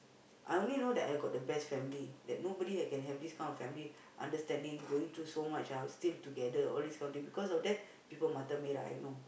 I only know that I got the best family that nobody can have this kind of family understanding going through so much ah still together all these kind of thing because of that people mata merah I know